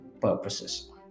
purposes